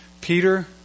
Peter